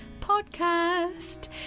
podcast